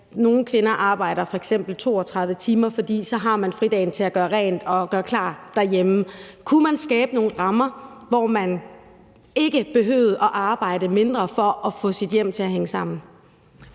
nogle kvinder arbejder f.eks. 32 timer, for så har de en fridag til at gøre rent og gøre klar derhjemme. Kunne man skabe nogle rammer, hvor man ikke behøvede at arbejde mindre for at få sit hjem til at hænge sammen?